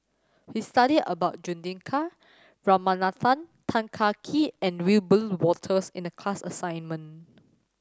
we studied about Juthika Ramanathan Tan Kah Kee and Wiebe Wolters in the class assignment